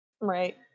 Right